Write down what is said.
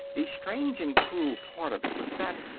the strange and cruel part of it was that,